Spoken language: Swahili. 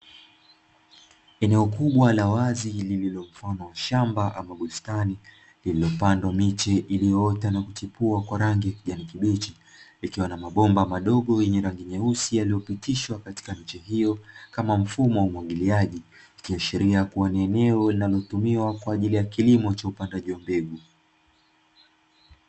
Eneo kubwa la wazi lililo mfano wa shamba ama bustani lililopandwa miche iliyoota na kuchipua kwa rangi ya kijani kibichi ikiwa na mabomba madogo yenye rangi nyeusi yaliyopitishwa katika miche hiyo kama mfumo wa umwagiliaji ikiashiria kuwa ni eneo linalotumiwa kwa ajili ya kilimo cha upandaji wa mbegu.